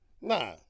Nah